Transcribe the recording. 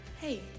hey